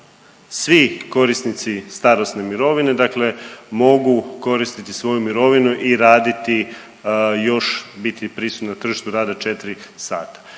svi korisnici starosne mirovine dakle mogu koristiti svoju mirovinu i raditi, još biti prisutan na tržištu rada 4 sata.